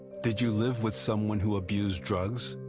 did you live with someone who abused drugs?